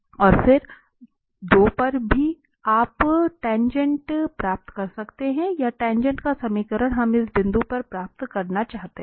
और फिर 2 पर भी आप टाँगेँट प्राप्त करना चाहते हैं या टाँगेँट का समीकरण हम इस बिंदु पर प्राप्त करना चाहते हैं